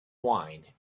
wine